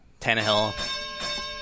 Tannehill